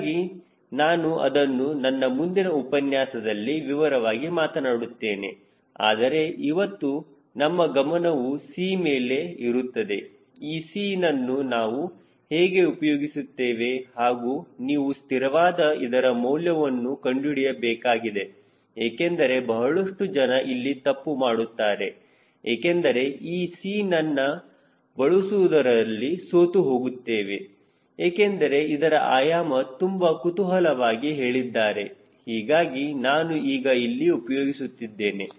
ಹೀಗಾಗಿ ನಾನು ಅದನ್ನು ನನ್ನ ಮುಂದಿನ ಉಪನ್ಯಾಸದಲ್ಲಿ ವಿವರವಾಗಿ ಮಾತನಾಡುತ್ತೇನೆ ಆದರೆ ಇವತ್ತು ನಮ್ಮ ಗಮನವೂ C ಮೇಲೆ ಇರುತ್ತದೆ ಈ C ನನ್ನು ನಾವು ಹೇಗೆ ಉಪಯೋಗಿಸುತ್ತೇವೆಹಾಗೂ ನೀವು ಸ್ಥಿರವಾದ ಇದರ ಮೌಲ್ಯವನ್ನು ಕಂಡುಹಿಡಿಯಬೇಕಾಗಿದೆ ಏಕೆಂದರೆ ಬಹಳಷ್ಟು ಜನ ಇಲ್ಲಿ ತಪ್ಪು ಮಾಡುತ್ತಾರೆ ಏಕೆಂದರೆ ಈ C ನನ್ನ ಬಳಸುವುದರಲ್ಲಿ ಸೋತು ಹೋಗುತ್ತೇವೆ ಏಕೆಂದರೆ ಇದರ ಆಯಾಮ ತುಂಬಾ ಕುತೂಹಲವಾಗಿ ಹೇಳಿದ್ದಾರೆ ಹೀಗಾಗಿ ನಾನು ಈಗ ಇಲ್ಲಿ ಉಪಯೋಗಿಸುತ್ತಿದ್ದೇನೆ